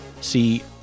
See